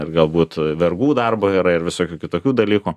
ir galbūt vergų darbo yra ir visokių kitokių dalykų